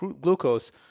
glucose